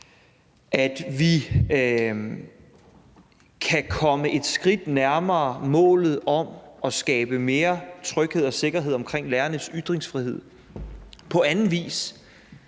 at vi kan komme et skridt nærmere målet om at skabe mere tryghed og sikkerhed omkring lærernes ytringsfrihed på anden vis